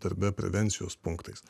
darbe prevencijos punktais